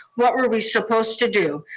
what were we supposed to do?